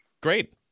Great